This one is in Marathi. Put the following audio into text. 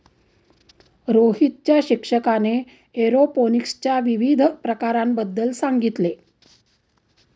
रोहितच्या शिक्षकाने एरोपोनिक्सच्या विविध प्रकारांबद्दल सांगितले